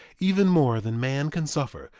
even more than man can suffer,